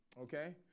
Okay